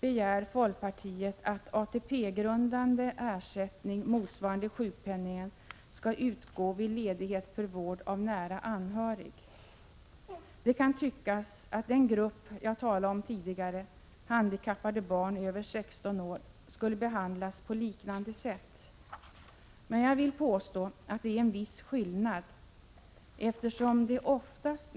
begär folkpartiet att ATP-grundande ersättning motsvarande sjukpenningen skall utgå vid ledighet för vård av nära anhörig. Det kan tyckas att den grupp jag talade om tidigare, handikappade barn över 16 år, borde behandlas på liknande sätt. Men jag vill påstå att det är en viss skillnad.